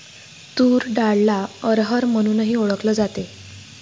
तूर डाळला अरहर म्हणूनही ओळखल जाते